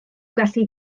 gallu